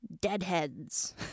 deadheads